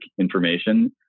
information